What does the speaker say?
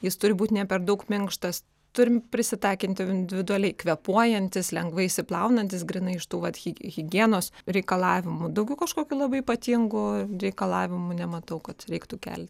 jis turi būt ne per daug minkštas turim prisitaikinti individualiai kvėpuojantis lengvai išsiplaunantis grynai iš tų vat higienos reikalavimų daugiau kažkokių labai ypatingų reikalavimų nematau kad reiktų kelti